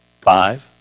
five